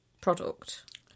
product